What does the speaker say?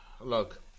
look